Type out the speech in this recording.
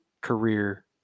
career